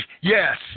yes